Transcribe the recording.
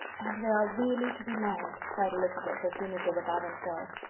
and they are really to be married! cried elizabeth, as soon as they were by themselves.